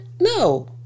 No